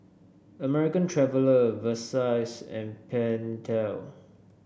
American Traveller Versace and Pentel